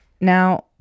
Now